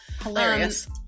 Hilarious